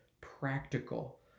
practical